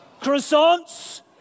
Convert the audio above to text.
croissants